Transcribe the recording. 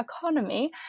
economy